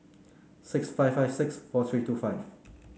six five five six four three two five